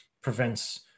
prevents